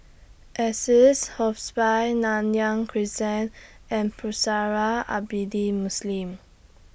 Assisi Hospice Nanyang Crescent and Pusara Abadi Muslim